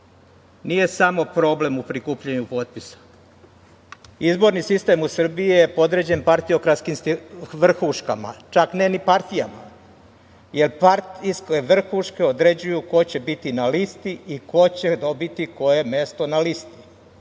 samo problem u prikupljanju potpisa. Izborni sistem u Srbiji je podređen partiokratskim vrhuškama, čak ne ni partijama, jer partijske vrhuške određuju ko će biti na listi i ko će dobiti koje mesto na listi.